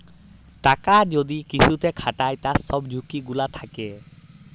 টাকা যদি কিসুতে খাটায় তার সব ঝুকি গুলা থাক্যে